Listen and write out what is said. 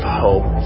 hope